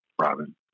Robin